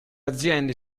aziende